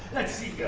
let's see.